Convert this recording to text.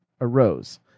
arose